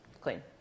clean